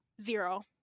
zero